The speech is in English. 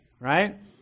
right